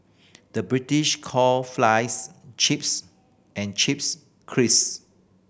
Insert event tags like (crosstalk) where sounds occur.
the British call flies chips and chips (unintelligible)